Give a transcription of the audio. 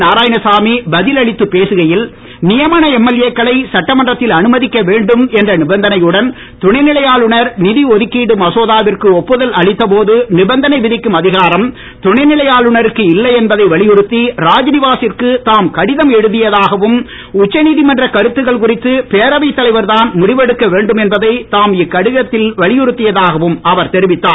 நாராயணசாமி பதில் அளிக்கையில் பேசுகையில் நியமன எம்எல்ஏக்களை சட்டமன்றத்தில் அனுமதிக்க வேண்டும் என்ற நிபந்தனையுடன் துணை நிலை ஆளுநர் நிதி ஒதுக்கீட்டு மசோதாவிற்கு ஒப்புதல் அளித்த போது நிபந்தனை விதிக்கும் அதிகாரம் துணை நிலை ஆளுநருக்கு இல்லை என்பதை வலியுறுத்தி ராத்நிவாசிற்கு தாம் கடிதம் எழுதியதாகவும் உச்சநீதமன்ற கருத்துக்கள் குறித்து பேரவைத் தலைவர் தான் முடிவெடுக்க வேண்டும் என்பதை தாம் இக்கடிதத்தில் வலியுறுத்தியதாகவும் அவர் தெரிவித்தார்